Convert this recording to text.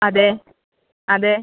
അതെ അതെ